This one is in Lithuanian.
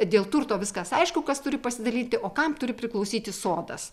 dėl turto viskas aišku kas turi pasidalyti o kam turi priklausyti sodas